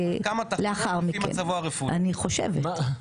אני חושבת.